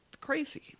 Crazy